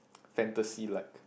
fantasy like